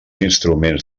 instruments